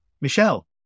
Michelle